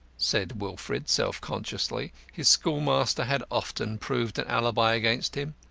said wilfred, self-consciously his schoolmaster had often proved an alibi against him.